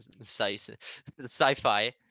sci-fi